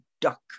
duck